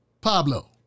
Pablo